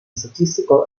statistical